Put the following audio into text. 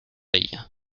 ella